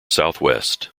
southwest